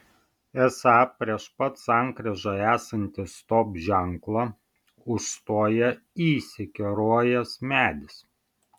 esą prieš pat sankryžą esantį stop ženklą užstoja įsikerojęs medis